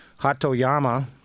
Hatoyama